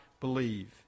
believe